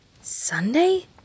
Sunday